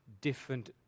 different